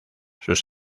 sus